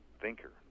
thinker